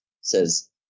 Says